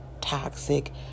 toxic